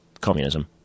communism